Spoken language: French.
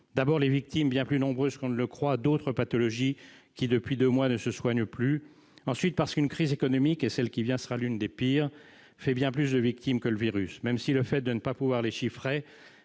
D'abord, les victimes, bien plus nombreuses qu'on ne le croit, d'autres pathologies, qui, depuis deux mois, ne se soignent plus. Ensuite, parce qu'une crise économique- et celle qui vient sera l'une des pires -fait bien plus de victimes que le virus, même si le fait de ne pas pouvoir les chiffrer